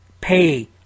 pay